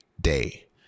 day